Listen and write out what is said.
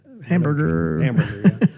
Hamburger